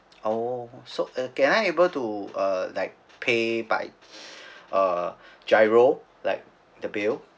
oh so uh can I able to like pay by uh GIRO like the bill